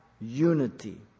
unity